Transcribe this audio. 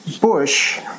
bush